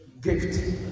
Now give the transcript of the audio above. gift